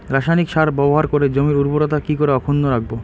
রাসায়নিক সার ব্যবহার করে জমির উর্বরতা কি করে অক্ষুণ্ন রাখবো